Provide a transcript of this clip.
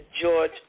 George